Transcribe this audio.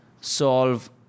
solve